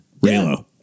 raylo